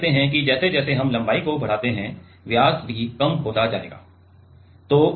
तो हम क्या देखते हैं कि जैसे जैसे हम लंबाई बढ़ाते हैं व्यास भी कम होता जाएगा